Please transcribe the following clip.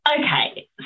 Okay